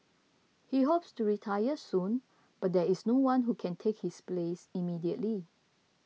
he hopes to retire soon but there is no one who can take his place immediately